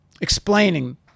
explaining